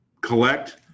collect